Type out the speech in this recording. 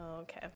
Okay